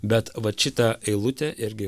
bet vat šitą eilutę irgi